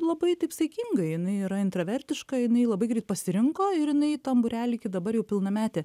labai saikingai jinai yra intravertiška jinai labai greit pasirinko ir jinai tam būrelį iki dabar jau pilnametė